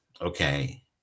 okay